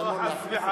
גם לא, לא, חס וחלילה.